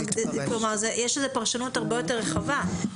יש לזה פרשנות הרבה יותר רחבה.